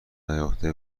نیافته